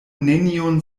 neniun